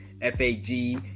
F-A-G